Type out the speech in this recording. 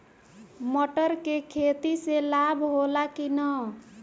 मटर के खेती से लाभ होला कि न?